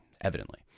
evidently